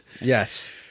yes